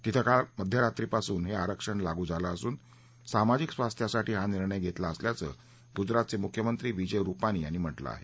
तिथं काल मध्यरात्रीपासून हे आरक्षण लागू झालं असून सामाजिक स्वास्थ्यासाठी हा निर्णय घेतला असल्याचं गुजरातचे मुख्यमंत्री विजय रुपानी यांनी म्हटलं आहे